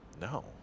No